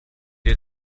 dir